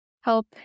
help